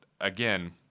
again